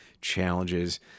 challenges